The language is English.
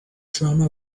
drama